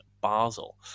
Basel